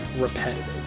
repetitive